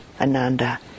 Ananda